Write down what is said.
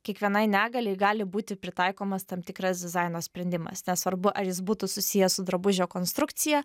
kiekvienai negaliai gali būti pritaikomas tam tikras dizaino sprendimas nesvarbu ar jis būtų susijęs su drabužio konstrukcija